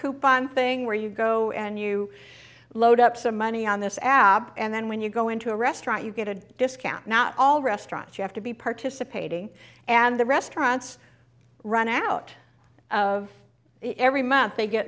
coupon thing where you go and you load up some money on this app and then when you go into a restaurant you get a discount not all restaurants you have to be participating and the restaurants run out of every month they get